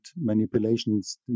manipulations